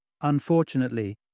Unfortunately